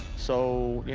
so you